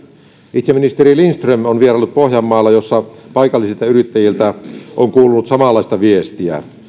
itse ministeri lindström on vieraillut pohjanmaalla jossa paikallisilta yrittäjiltä on kuulunut samanlaista viestiä